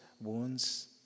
wounds